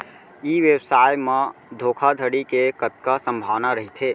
ई व्यवसाय म धोका धड़ी के कतका संभावना रहिथे?